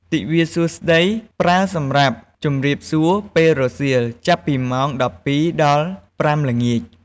ទិវាសួស្តី ប្រើសម្រាប់ ជំរាបសួរពេលរសៀល ចាប់ពីម៉ោង ១២ ដល់ ៥ល្ងាច។